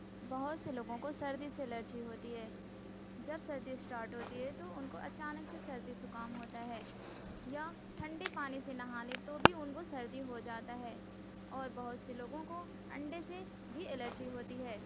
بہت سے لوگوں کو سردی سے الرجی ہوتی ہے جب سردی اسٹارٹ ہوتی ہے تو اُن کو اچانک سے سردی زُکام ہوتا ہے یا ٹھنڈے پانی سے نہا لے تو بھی اُن کو سردی ہو جاتا ہے اور بہت سے لوگوں کو انڈے سے بھی الرجی ہوتی ہے